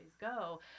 go